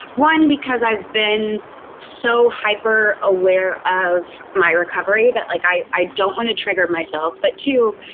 one, because i've been so hyper aware of my recovery that like i i don't want to trigger myself, but two,